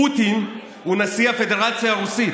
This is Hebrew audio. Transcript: פוטין הוא נשיא הפדרציה הרוסית,